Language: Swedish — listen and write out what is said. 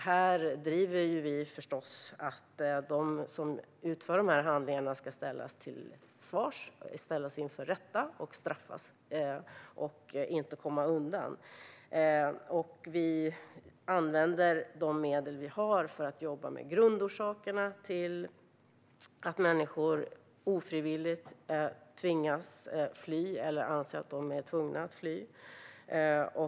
Vi driver förstås på för att de som utför dessa handlingar ska ställas till svars och inför rätta, straffas och inte komma undan. Vi använder de medel vi har för att jobba med grundorsakerna till att människor ofrivilligt tvingas fly eller anser att de är tvungna att fly.